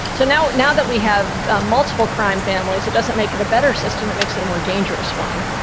so now now that we have ah multiple crime families, it doesn't make it a better system. it makes it a more dangerous one.